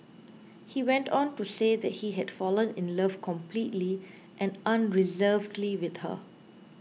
he went on to say that he had fallen in love completely and unreservedly with her